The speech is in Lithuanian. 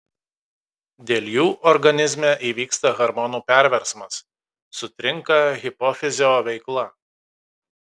dėl jų organizme įvyksta hormonų perversmas sutrinka hipofizio veikla